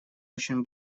очень